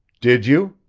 did you?